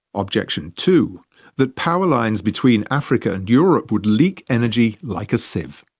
objection two that power lines between africa and europe would leak energy like a sieve.